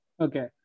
Okay